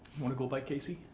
wanna go by casey?